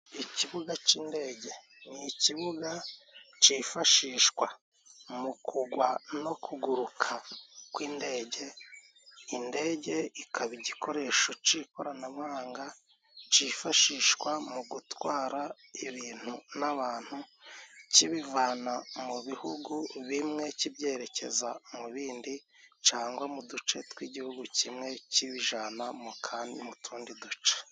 Ikibuga c'indege ni ikibuga cifashishwa mu kugwa no kuguruka ku indege. Indege ikaba igikoresho c'ikoranabuhanga cifashishwa mu gutwara ibintu n'abantu, kibivana mu bihugu bimwe kibyerekeza mu bindi cangwa mu duce tw'igihugu kimwe kibijana mu kandi mu tundi duce.